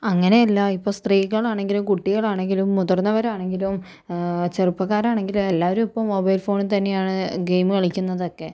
അങ്ങനെയല്ല ഇപ്പോൾ സ്ത്രീകളാണെങ്കിലും കുട്ടികളാണെങ്കിലും മുതിർന്നവരാണെങ്കിലും ചെറുപ്പക്കാരാണെങ്കിലും എല്ലാവരും ഇപ്പോൾ മൊബൈൽ ഫോണിൽ തന്നെയാണ് ഗെയിമ് കളിക്കുന്നതൊക്കെ